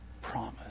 promise